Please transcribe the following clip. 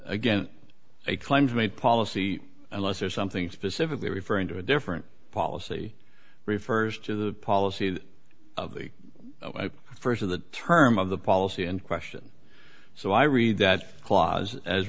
again a claims made policy unless there's something specifically referring to a different policy refers to the policy of the st of the term of the policy and question so i read that clause as